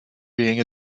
being